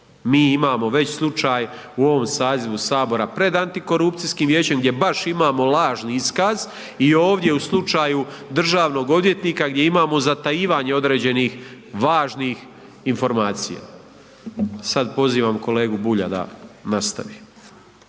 Mi imamo već slučaj u ovom sazivu Saboru pred Antikorupcijskim vijećem gdje baš imamo lažni iskaz i ovdje u slučaju državnog odvjetnika gdje imamo zatajivanje određenih važnih informacija. Sada pozivam kolegu Bulja da nastavi.